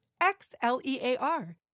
X-L-E-A-R